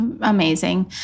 amazing